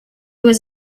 was